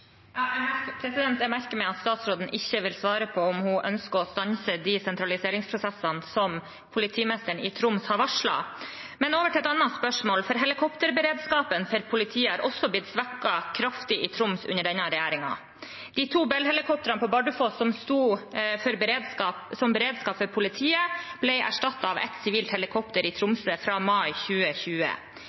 Jeg merker meg at statsråden ikke vil svare på om hun ønsker å stanse de sentraliseringsprosessene som politimesteren i Troms har varslet. Men over til et annet spørsmål, for helikopterberedskapen til politiet har også blitt svekket kraftig i Troms under denne regjeringen. De to Bell-helikoptrene på Bardufoss som sto som beredskap for politiet, ble erstattet av ett sivilt helikopter i Tromsø fra mai 2020.